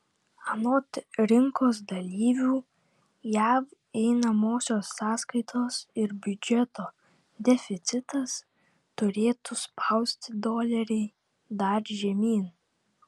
anot rinkos dalyvių jav einamosios sąskaitos ir biudžeto deficitas turėtų spausti dolerį dar žemyn